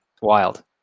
wild